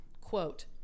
Quote